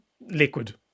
Liquid